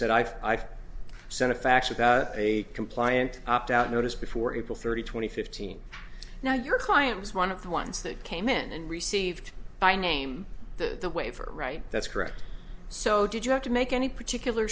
said i've i've sent a fax about a compliant opt out notice before april thirty twenty fifteen now your client was one of the ones that came in and received by name that the waiver right that's correct so did you have to make any particular